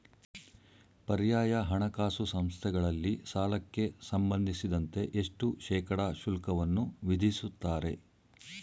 ಪರ್ಯಾಯ ಹಣಕಾಸು ಸಂಸ್ಥೆಗಳಲ್ಲಿ ಸಾಲಕ್ಕೆ ಸಂಬಂಧಿಸಿದಂತೆ ಎಷ್ಟು ಶೇಕಡಾ ಶುಲ್ಕವನ್ನು ವಿಧಿಸುತ್ತಾರೆ?